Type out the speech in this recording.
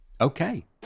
Okay